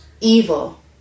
Evil